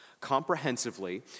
comprehensively